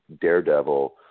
Daredevil